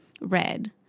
red